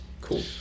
cool